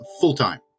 full-time